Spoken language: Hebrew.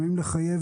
האם לחייב